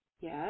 Yes